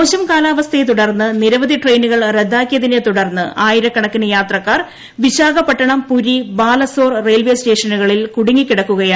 മോശം കാലാവസ്ഥയെ തുടർന്ന് നിരവധി ട്രെയിനുകൾ റദ്ദാക്കിയതിനെ തുടർന്ന് ആയിരക്കണക്കിന് യാത്രക്കാർ വിശാഖപട്ടണം പുരി ബാലസോർ റെയിൽവേസ്റ്റേഷനുകളിൽ കുടുങ്ങിക്കിടക്കുകയാണ്